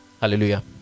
Hallelujah